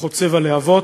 חוצב הלהבות,